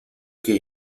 que